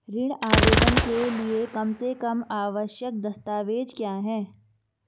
ऋण आवेदन के लिए कम से कम आवश्यक दस्तावेज़ क्या हैं?